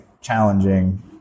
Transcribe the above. challenging